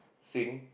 sing